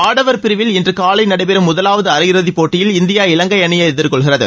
ஆடவர் பிரிவில் இன்று காலை நடைபெறும் முதலாவது அரையிறுதிப்போட்டியில் இந்தியா இலங்கை அணியை எதிர்கொள்கிறது